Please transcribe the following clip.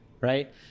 right